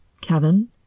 Kevin